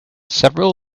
several